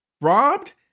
robbed